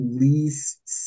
least